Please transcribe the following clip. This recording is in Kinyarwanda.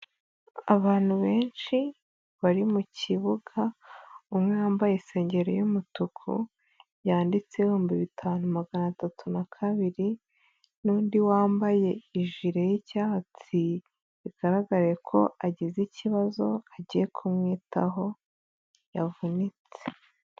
Abantu benshi bari mu kibuga, umwe yambaye isengeri y'umutuku yanditseho ibihumbi bitanu magana atatu na kabiri, n'undi wambaye ijire y'icyatsi, bigaragare ko agize ikibazo agiye kumwitaho yavunitse.